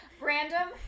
Random